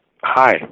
hi